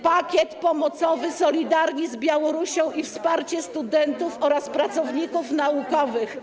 Pakiet pomocowy „Solidarni z Białorusią” i wsparcie studentów oraz pracowników naukowych.